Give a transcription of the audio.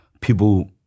people